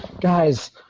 guys